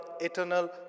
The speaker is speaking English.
eternal